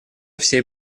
всей